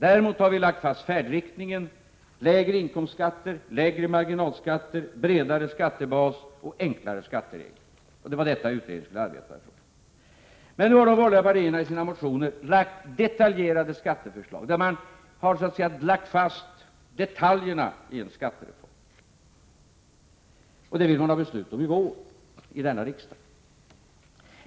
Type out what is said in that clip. Däremot har vi lagt fast färdriktningen: lägre inkomstskatter, lägre marginalskatter, bredare skattebas och enklare skatteregler. Det var detta utredningen skulle arbeta för. Men nu har de borgerliga partierna i sina motioner fört fram detaljerade skatteförslag, där man så att säga lagt fast detaljerna i en skattereform. Detta vill man ha beslut om under våren i denna riksdag.